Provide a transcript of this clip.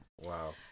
Wow